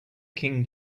king